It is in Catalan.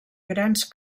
grans